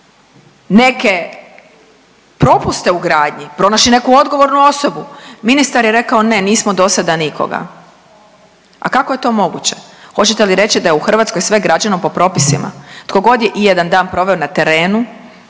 neke propiste u gradnji, pronašli neku odgovornu osobu, ministar je rekao, ne, nismo do sada nikoga. A kako je to moguće? Hoćete li reći da je u Hrvatskoj sve građeno po propisima? Tko god je ijedan dan proveo na terenu